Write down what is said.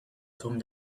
come